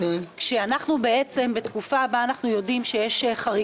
בזמן שאנחנו בעצם בתקופה שיש חריגה